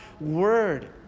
word